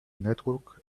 network